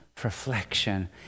reflection